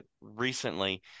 recently